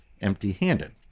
empty-handed